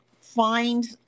find